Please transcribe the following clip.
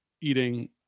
eating